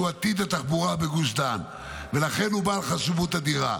שהוא עתיד התחבורה בגוש דן ולכן הוא בעל חשיבות אדירה.